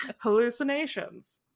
hallucinations